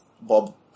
Bob